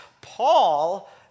Paul